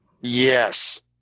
Yes